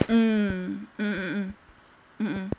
mm mm mm mm mm mm